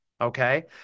okay